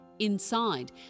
Inside